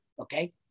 okay